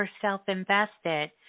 self-invested